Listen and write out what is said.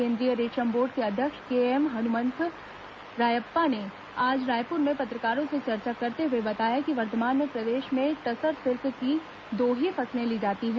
केन्द्रीय रेशम बोर्ड के अध्यक्ष के एम हनुमन्थरायप्पा ने आज रायपुर में पत्रकारों से चर्चा करते हुए बताया कि वर्तमान में प्रदेश में टसर सिल्क की दो ही फसलें ली जाती हैं